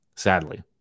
Sadly